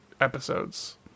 episodes